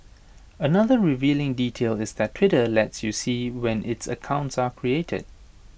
another revealing detail is that Twitter lets you see when its accounts are created